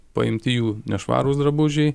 paimti jų nešvarūs drabužiai